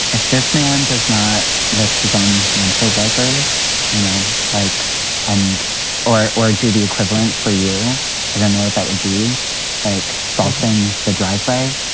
if this man does not lift his own windshield wipers, you know, like and or do the equivalent for you. i don't know if that would be like salting the driveway,